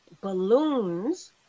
Balloons